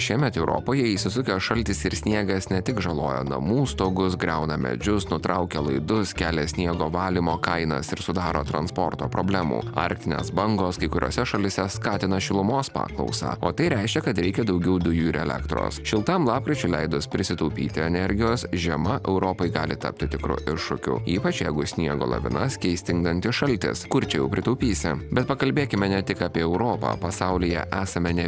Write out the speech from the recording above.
šiemet europoje įsisukęs šaltis ir sniegas ne tik žaloja namų stogus griauna medžius nutraukia laidus kelia sniego valymo kainas ir sudaro transporto problemų arktinės bangos kai kuriose šalyse skatina šilumos paklausą o tai reiškia kad reikia daugiau dujų ir elektros šiltam lapkričio leidosi prisitaupyti energijos žiema europai gali tapti tikru iššūkiu ypač jeigu sniego laviną keis stingdantis šaltis kur čia jau pritaupysi bet pakalbėkime ne tik apie europą pasaulyje esame ne